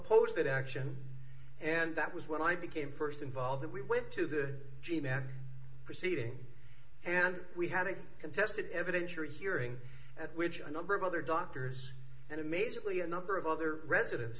that action and that was when i became first involved and we went to the g man proceeding and we had a contested evidentiary hearing at which a number of other doctors and amazingly a number of other residents